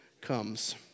comes